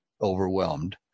overwhelmed